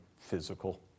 physical